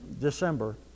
December